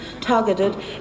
targeted